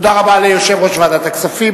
תודה רבה ליושב-ראש ועדת הכנסת.